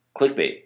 clickbait